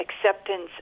acceptance